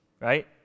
right